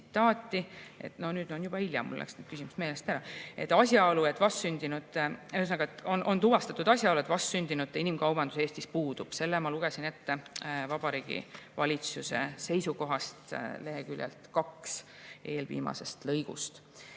tsitaadi, et … Nüüd on juba hilja, mul läks küsimus meelest ära. Asjaolu, et vastsündinud … Ühesõnaga, on tuvastatud asjaolu, et vastsündinute inimkaubandus Eestis puudub – selle ma lugesin ette Vabariigi Valitsuse seisukohast leheküljelt 2 eelviimasest lõigust.